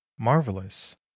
marvelous